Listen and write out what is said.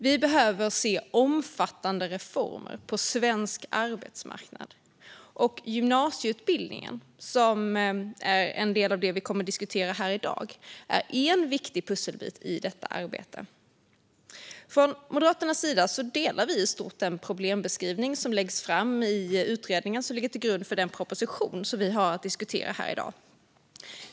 Vi behöver se omfattande reformer på svensk arbetsmarknad. Gymnasieutbildningen, som är en del av det vi kommer att diskutera här i dag, är en viktig pusselbit i detta arbete. Från Moderaternas sida håller vi i stort med om den problembeskrivning som läggs fram i utredningen som ligger till grund för den proposition som ska diskuteras här i dag.